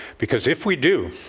because if we do,